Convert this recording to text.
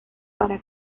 para